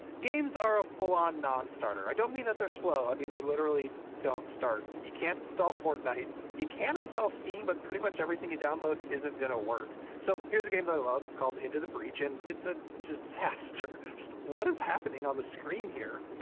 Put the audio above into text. games are a full-on non-starter. i don't mean that they're slow. i mean they literally don't start. you can't install fortnite. you can install steam, but pretty much everything you download isn't gonna work. so, here's a game that i love. it's called into the breach, and it's a disaster! just what is happening on the screen, here?